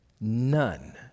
None